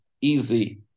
easy